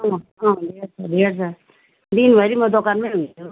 अँ अँ भेट्छ भेट्छ दिनभरि म दोकानमै हुन्छु